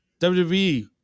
WWE